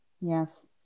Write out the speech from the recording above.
Yes